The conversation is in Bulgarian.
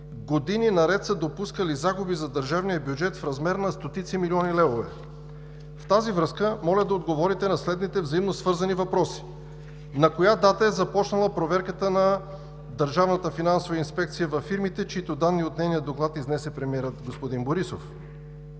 години наред са допускали загуби за държавния бюджет в размер на стотици милиони левове. В тази връзка моля да отговорите на следните взаимосвързани въпроси: на коя дата е започнала проверката на Държавната финансова инспекция във фирмите, чиито данни от нейния доклад изнесе премиерът господин Борисов?